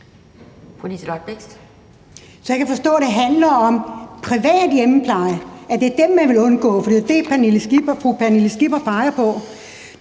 Så jeg kan forstå, at det handler om privat hjemmepleje. Det er det, man vil undgå, for det er jo det, fru Pernille Skipper peger på.